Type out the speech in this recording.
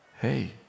hey